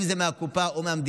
אם זה מהקופה או מהמדינה,